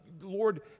Lord